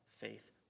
faith